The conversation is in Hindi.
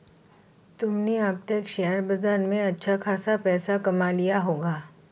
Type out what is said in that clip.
तुमने अब तक शेयर बाजार से अच्छा खासा पैसा कमा लिया होगा